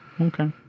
Okay